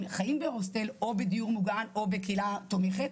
הם חיים בהוסטל או בדיור מוגן או בקהילה תומכת,